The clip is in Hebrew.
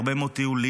הרבה מאוד טיולים.